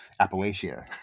Appalachia